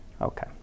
Okay